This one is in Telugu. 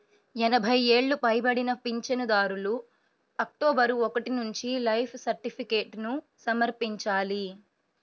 ఎనభై ఏళ్లు పైబడిన పింఛనుదారులు అక్టోబరు ఒకటి నుంచి లైఫ్ సర్టిఫికేట్ను సమర్పించాలి